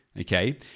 okay